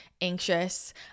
anxious